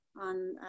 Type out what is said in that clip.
on